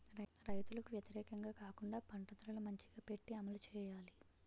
రైతులకు వ్యతిరేకంగా కాకుండా పంట ధరలు మంచిగా పెట్టి అమలు చేయాలి